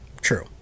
True